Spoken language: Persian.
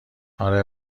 آره